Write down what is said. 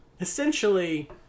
essentially